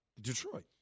Detroit